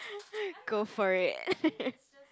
go for it